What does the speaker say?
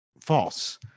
False